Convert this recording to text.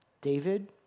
David